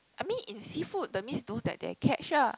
I mean in seafood that means those that they catch ah